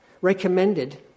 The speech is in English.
recommended